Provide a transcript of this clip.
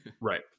right